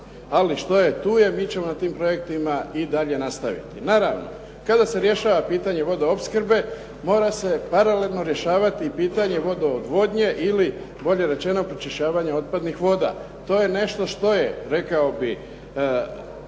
Ali što je tu je, mi ćemo na tim projektima i dalje nastaviti. Naravno, kada se rješava pitanje vodoopskrbe mora se paralelno rješavati pitanje vodoodvodnje ili bolje rečeno pročišćavanja otpadnih voda, to je nešto što je rekao bih,